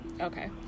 Okay